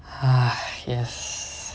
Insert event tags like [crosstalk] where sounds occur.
[breath] yes